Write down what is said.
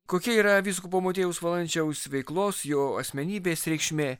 kokia yra vyskupo motiejaus valančiaus veiklos jo asmenybės reikšmė